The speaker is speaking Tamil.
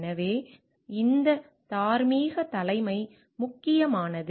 எனவே இந்த தார்மீக தலைமை முக்கியமானது